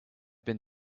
been